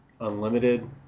Unlimited